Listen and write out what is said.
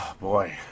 boy